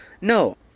No